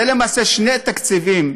זה למעשה שני תקציבים: